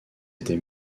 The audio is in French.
été